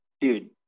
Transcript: dude